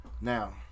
Now